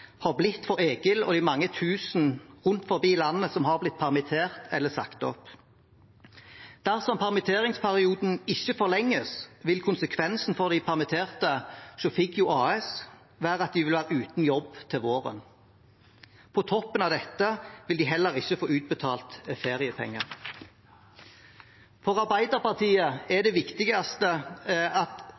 har blitt for Egil og de mange tusen rundt om i landet som har blitt permittert eller sagt opp. Dersom permitteringsperioden ikke forlenges, vil konsekvensen for de permitterte hos Figgjo AS være at de vil være uten jobb til våren. På toppen av dette vil de heller ikke få utbetalt feriepenger. For Arbeiderpartiet er det viktigste at